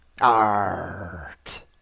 art